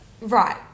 right